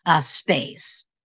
space